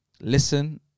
listen